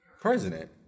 president